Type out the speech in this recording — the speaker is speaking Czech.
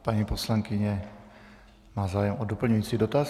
Paní poslankyně má zájem o doplňující dotaz.